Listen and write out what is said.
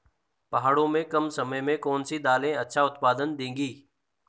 पहाड़ों में कम समय में कौन सी दालें अच्छा उत्पादन देंगी?